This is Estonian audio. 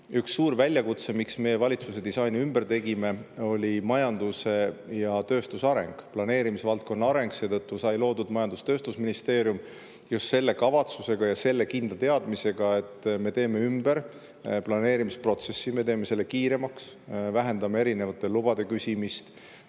üks suur väljakutse, miks meie valitsuse disaini ümber tegime, oli majanduse ja tööstuse areng, [täpsemalt] planeerimisvaldkonna areng. Seetõttu sai loodud majandus- ja tööstusministri [ametikoht], just selle kavatsusega ja kindla teadmisega, et me teeme ümber planeerimisprotsessi, teeme selle kiiremaks, vähendame erinevate lubade küsimist,